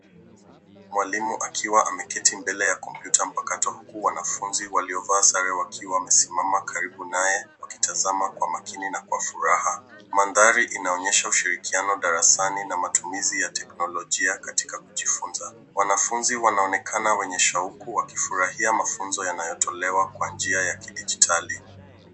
Mwalimu akiwa ameketi mbele ya kompyuta mpakato huku wanafunzi waliovaa sare wakiwa wamesimama karibu naye wakitazama kwa makini na kwa furaha. Mandhari inaonyesha ushirikiano darasani na matumizi ya teknolojia katika kujifunza. Wanafunzi wanaonekana wenye shauku wakifurahia mafunzo yanayotolewa kwa njia ya kidijitali.